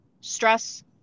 stress